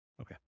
Okay